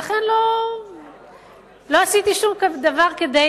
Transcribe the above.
לכן לא עשיתי שום דבר, כדי